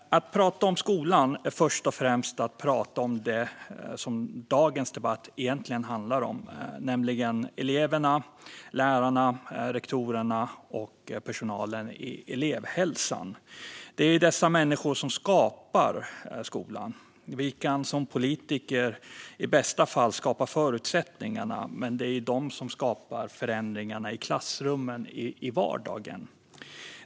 Att prata om skolan är först och främst att prata om det som dagens debatt egentligen handlar om, nämligen eleverna, lärarna, rektorerna och personalen i elevhälsan. Det är dessa människor som skapar skolan. Vi kan som politiker i bästa fall skapa förutsättningarna, men det är dessa människor som skapar förändringarna i klassrummen i vardagen.